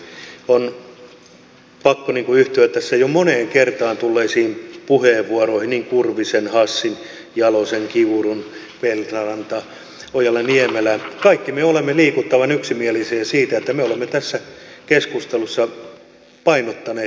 on pakko yhtyä tässä jo moneen kertaan tulleisiin puheenvuoroihin niin kurvisen hassin jalosen kiurun feldt rannan kuin ojala niemelän kaikki me olemme liikuttavan yksimielisiä siinä kun me olemme tässä keskustelussa painottaneet demokratian toteutumista